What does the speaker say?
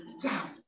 Down